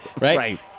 Right